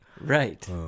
Right